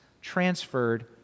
transferred